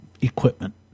equipment